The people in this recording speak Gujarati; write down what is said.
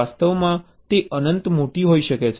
વાસ્તવમાં તે અનંત મોટી હોઈ શકે છે